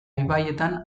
ibaietan